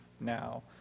now